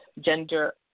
gender